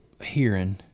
hearing